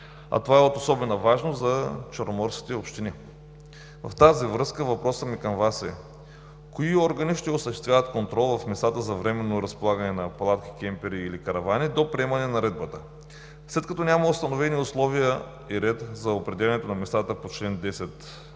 а това е от особена важност за черноморските общини. В тази връзка въпросът ми към Вас е: кои органи ще осъществяват контрол в местата за временно разполагане на палатки, кемпери или каравани до приемането на наредбата? След като няма установени условия и ред за определянето на местата по чл. 10а, ал.